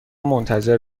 منتظر